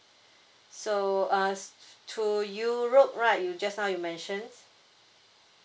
so uh to europe right you just now you mentioned